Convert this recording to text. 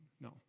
no